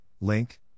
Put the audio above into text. link